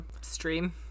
stream